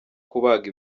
kubaga